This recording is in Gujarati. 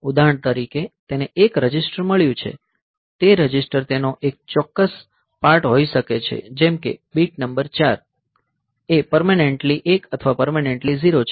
ઉદાહરણ તરીકે તેને એક રજિસ્ટર મળ્યું છે તે રજિસ્ટર તેનો એક ચોક્કસ પાર્ટ હોઈ શકે છે જેમ કે બીટ નંબર 4 એ પરમેનેંટલી 1 અથવા પરમેનેંટલી 0 છે